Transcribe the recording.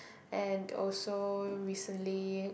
and also recently